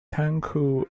tengku